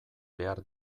behar